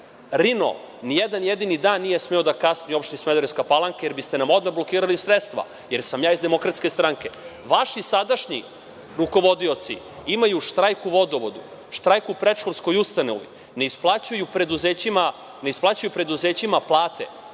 Rino ni jedan jedini dan nije smeo da kasni u opštini Smederevska Palanka jer biste nam odmah blokirali sredstva jer sam ja iz DS-a. Vaši sadašnji rukovodioci imaju štrajk u Vodovodu, štrajk u predškolskoj ustanovi, ne isplaćuju preduzećima plate.